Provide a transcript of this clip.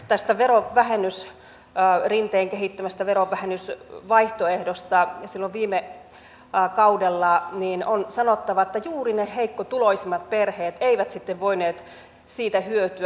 tästä rinteen silloin viime kaudella kehittämästä verovähennysvaihtoehdosta on sanottava että juuri ne heikkotuloisimmat perheet eivät sitten voineet siitä hyötyä